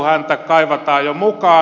häntä kaivataan jo mukaan